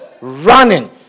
running